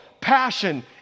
passion